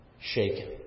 shaken